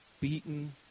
beaten